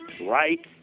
right